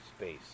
space